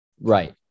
right